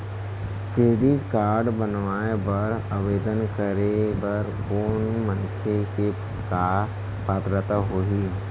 Credit card बनवाए बर आवेदन करे बर कोनो मनखे के का पात्रता होही?